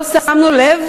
ולא שמנו לב?